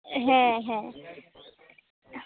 ᱦᱮᱸ ᱦᱮᱸ